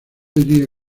diría